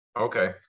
Okay